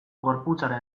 gorputzaren